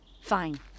Fine